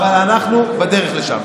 אבל אנחנו בדרך לשם.